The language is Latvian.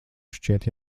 šķiet